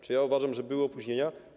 Czy uważam, że były opóźnienia?